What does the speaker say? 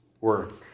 work